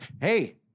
Hey